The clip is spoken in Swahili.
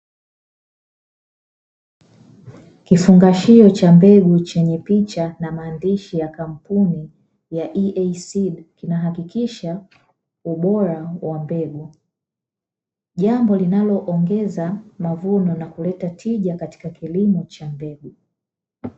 Kifungashio cha mbegu chenye picha na maandishi ya kampuni ya "EAC", kinahakikisha ubora wa mbegu jambo linaloongeza mavuno na kuleta tija katika kilimo cha mbegu.